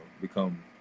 become